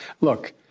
Look